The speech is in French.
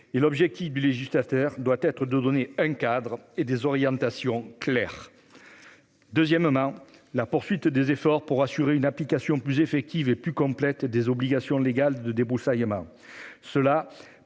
L'objectif du législateur doit être de leur donner un cadre et des orientations clairs. Ensuite, nous devons poursuivre nos efforts pour assurer une application plus effective et plus complète des obligations légales de débroussaillement